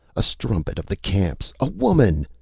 a strumpet of the camps. a woman!